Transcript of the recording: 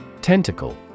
Tentacle